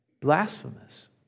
blasphemous